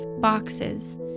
boxes